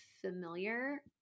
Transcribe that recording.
familiar